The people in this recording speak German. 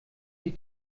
die